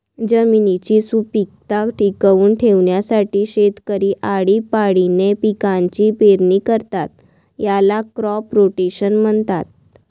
जमिनीची सुपीकता टिकवून ठेवण्यासाठी शेतकरी आळीपाळीने पिकांची पेरणी करतात, याला क्रॉप रोटेशन म्हणतात